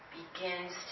begins